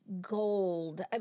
gold